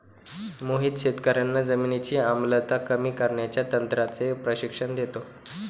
मोहित शेतकर्यांना जमिनीची आम्लता कमी करण्याच्या तंत्राचे प्रशिक्षण देतो